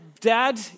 Dad